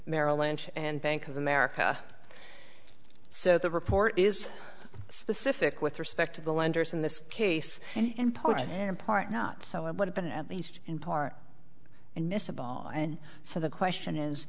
merrill lynch and bank of america so the report is specific with respect to the lenders in this case and point and part not so it would have been at least in part and mr ball and so the question is